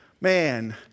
Man